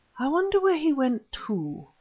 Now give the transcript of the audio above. i wonder where he went to,